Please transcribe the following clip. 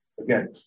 Again